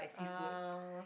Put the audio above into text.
seafood